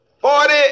Forty